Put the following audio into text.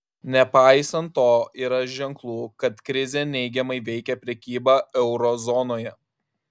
nepaisant to yra ženklų kad krizė neigiamai veikia prekybą euro zonoje